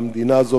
המדינה הזאת,